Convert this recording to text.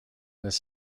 this